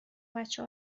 بچه